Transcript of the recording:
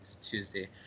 Tuesday